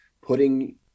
Putting